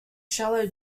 shallow